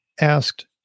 asked